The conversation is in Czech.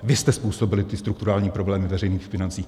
Vy jste způsobili ty strukturální problémy veřejných financí!